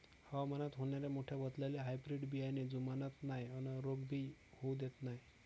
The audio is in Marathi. हवामानात होनाऱ्या मोठ्या बदलाले हायब्रीड बियाने जुमानत नाय अन रोग भी होऊ देत नाय